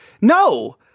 No